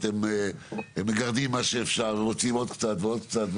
ואתם מגרדים מה שאפשר ורוצים עוד קצת ועוד קצת,